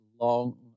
long